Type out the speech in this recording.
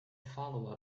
follow